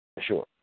Sure